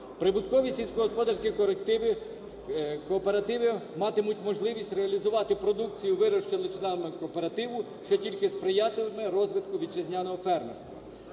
Прибуткові сільськогосподарські кооперативи матимуть можливість реалізувати продукцію, вирощену членами кооперативу, що тільки сприятиме розвитку вітчизняного фермерства.